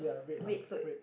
red float